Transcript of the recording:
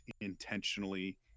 intentionally